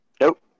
Nope